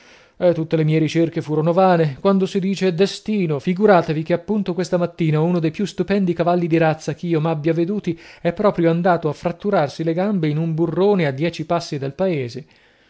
signora tutte le mie ricerche furono vane quando si dice destino figuratevi che appunto questa mattina uno dei più stupendi cavalli di razza che io m'abbia veduti è proprio andato a fratturarsi le gambe in un burrone a dieci passi dal paese